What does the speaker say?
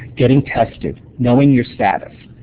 getting tested, knowing your status.